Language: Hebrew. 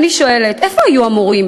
ואני שואלת, איפה היו המורים?